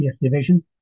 Division